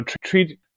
treat